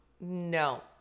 no